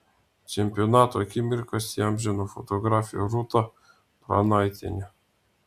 čempionato akimirkas įamžino fotografė rūta pranaitienė